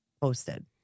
posted